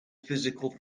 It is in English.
physical